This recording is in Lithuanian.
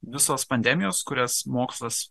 visos pandemijos kurias mokslas